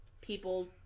people